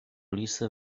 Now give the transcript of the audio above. lisy